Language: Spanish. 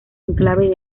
enclave